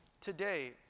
today